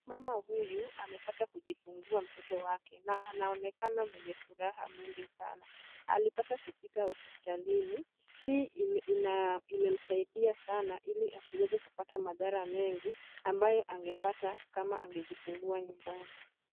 Mama huyu amepata kujifungua mtoto wake na anaonekana mwenye furaha mwingi sana. Alipata kufika hospitalini. Hii imemsaidia sana ili asiweze kupata madhara mengi ambayo angepata kama angejifungua nyumbani.